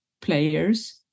players